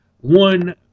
One